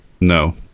No